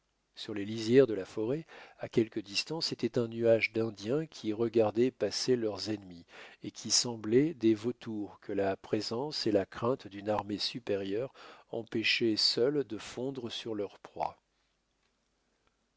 sur les lisières de la forêt à quelque distance était un nuage d'indiens qui regardaient passer leurs ennemis et qui semblaient des vautours que la présence et la crainte d'une armée supérieure empêchaient seules de fondre sur leur proie